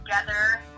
together